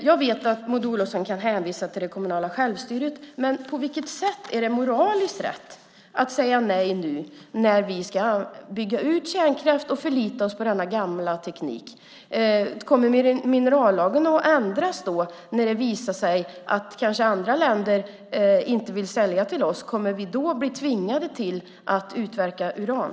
Jag vet att Maud Olofsson kan hänvisa till det kommunala självstyret, men på vilket sätt är det moraliskt rätt att säga nej nu när vi ska bygga ut kärnkraften och förlita oss på denna gamla teknik? Kommer minerallagen att ändras när det visar sig att andra länder kanske inte vill sälja till oss? Kommer vi då att bli tvingade att utvinna uran?